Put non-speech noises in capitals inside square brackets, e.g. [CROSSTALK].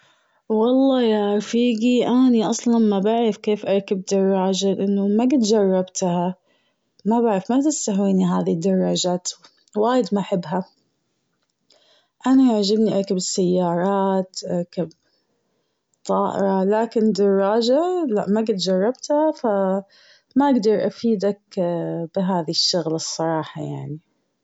والله يا رفيقي أني أصلاً ما بعرف كيف اركب درجة لأنه ما قد جربتها. ما بعرف ما تستهويني هادي الدراجات. وايد ما أحبها. أنا يعجبني اركب السيارات اركب طائرة لكن دراجة ؟ لا ،ما قد جربتها ف [HESITATION] ما اقدر افيدك [HESITATION] بهذي الشغلة الصراحة يعني. والله يا رفيقي أني أصلاً ما بعرف كيف اركب درجة لأنه ما قد جربتها. ما بعرف ما تستهويني هادي الدراجات. وايد ما أحبها. أنا يعجبني اركب السيارات اركب طائرة لكن دراجة ؟ لا ،ما قد جربتها فbow ما اقدر افيدك [HESITATION] بهذي الشغلة الصراحة يعني.